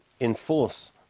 enforce